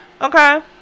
Okay